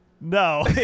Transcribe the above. No